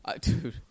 dude